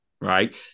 right